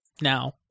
now